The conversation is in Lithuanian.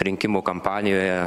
rinkimų kampanijoje